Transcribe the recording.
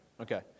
Okay